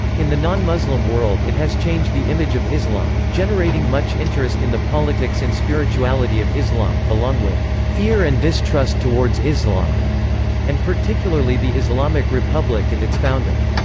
in the non-muslim world it has changed the image of islam, generating much interest in the politics and spirituality of islam, along with fear and distrust towards islam and particularly particularly the islamic republic and its founder.